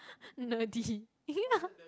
nerdy ya